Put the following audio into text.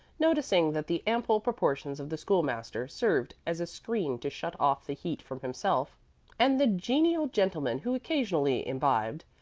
noticing that the ample proportions of the school-master served as a screen to shut off the heat from himself and the genial gentleman who occasionally imbibed,